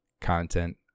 content